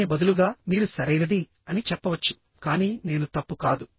దాని బదులుగా మీరు సరైనది అని చెప్పవచ్చు కానీ నేను తప్పు కాదు